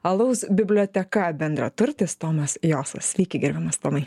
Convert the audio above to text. alaus biblioteka bendraturtis tomas josas sveiki gerbiamas tomai